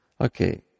Okay